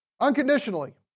Unconditionally